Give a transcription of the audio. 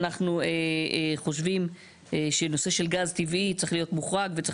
אנחנו חושבים שנושא של גז טבעי צריך להיות מוחרג וצריך